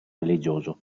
religioso